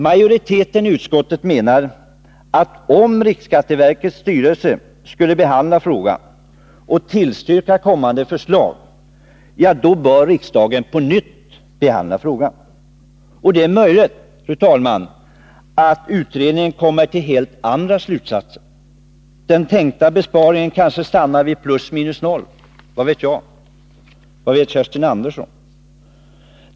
Majoriteten i utskottet menar, att eftersom riksskatteverkets styrelse skall behandla frågan och yttra sig över kommande förslag, måste riksdagen på nytt behandla frågan. Det är möjligt, fru talman, att utredningen kommer fram till helt andra slutsatser än dem som nu föreligger. Den tänkta besparingen kanske stannar vid plus minus noll — vad vet jag och vad vet Kerstin Andersson?